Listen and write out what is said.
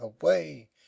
away